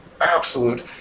absolute